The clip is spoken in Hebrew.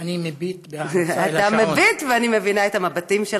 אני מביט בהערצה על השעון.